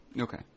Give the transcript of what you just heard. Okay